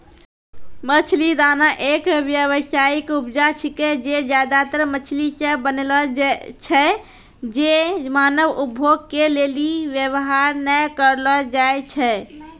मछली दाना एक व्यावसायिक उपजा छिकै जे ज्यादातर मछली से बनलो छै जे मानव उपभोग के लेली वेवहार नै करलो जाय छै